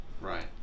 right